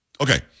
Okay